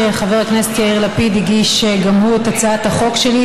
שחבר הכנסת יאיר לפיד הגיש גם הוא את הצעת החוק שלי,